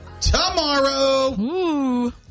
tomorrow